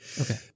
Okay